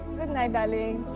night darling.